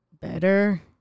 better